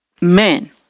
men